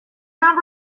not